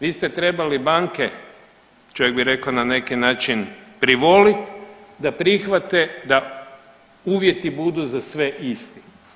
Vi ste trebali banke, čovjek bi rekao na neki način privolit da prihvate da uvjeti budu za sve isti.